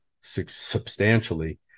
substantially